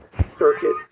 Circuit